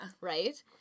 Right